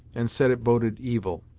and said it boded evil.